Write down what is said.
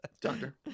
Doctor